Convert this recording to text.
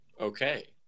Okay